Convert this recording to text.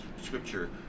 scripture